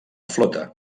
flota